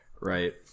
right